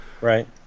Right